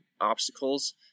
obstacles